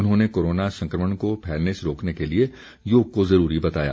उन्होंने कोरोना संक्रमण को फैलने से रोकने के लिए योग को जरूरी बताया